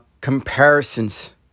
comparisons